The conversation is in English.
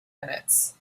minutes